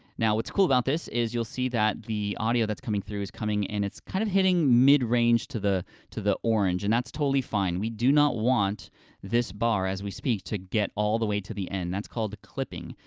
now what's cool about this, is that you'll see that the audio that's coming through is coming in, it's kind of hitting midrange to the to the orange, and that's totally fine. we do not want this bar as we speak to get all the way to the end, that's called clipping,